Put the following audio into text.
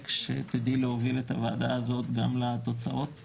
שתדעי להוביל את הוועדה הזאת גם לתוצאות.